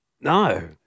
No